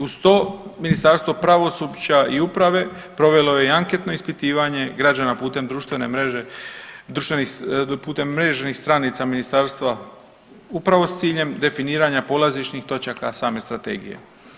Uz to Ministarstvo pravosuđa i uprave provelo je i anketno ispitivanje građana putem društvene mreže, društvenih, putem mrežnih stranica Ministarstva upravo s ciljem definirana polazišnih točaka same Strategije.